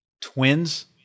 Twins